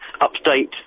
Update